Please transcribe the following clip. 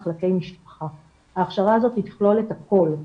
ההכשרה הזאת תכלול הכול,